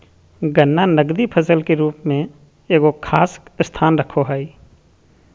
गन्ना नकदी फसल के रूप में एगो खास स्थान रखो हइ